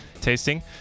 tasting